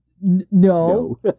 No